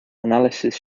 analysis